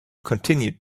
continued